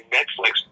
Netflix